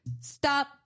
stop